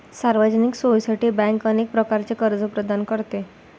सार्वजनिक सोयीसाठी बँक अनेक प्रकारचे कर्ज प्रदान करते